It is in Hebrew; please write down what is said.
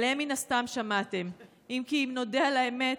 ועליהם מן הסתם שמעתם, אם כי, נודה על האמת,